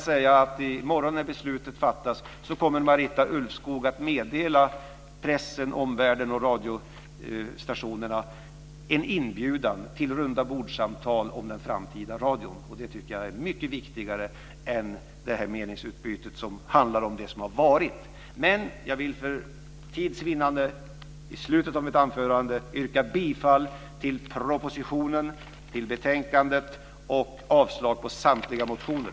I morgon när beslutet fattas kommer Marita Ulvskog att inbjuda pressen, omvärlden och radiostationerna till rundabordssamtal om den framtida radion, och det tycker jag är mycket viktigare än det meningsutbyte som handlar om det som har varit. Jag yrkar bifall till förslagen i propositionen och i betänkandet och avslag på samtliga motioner.